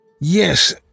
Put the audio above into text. Yes